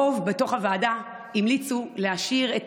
הרוב בתוך הוועדה המליצו להשאיר את